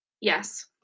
yes